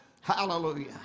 Hallelujah